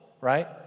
Right